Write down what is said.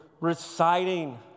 reciting